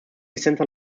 centre